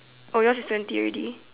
oh yours is twenty already